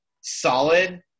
solid